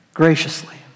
graciously